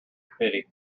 pity